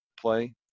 play